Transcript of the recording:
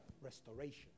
restoration